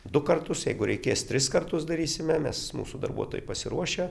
du kartus jeigu reikės tris kartus darysime mes mūsų darbuotojai pasiruošę